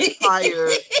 higher